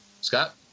Scott